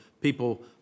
people